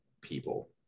people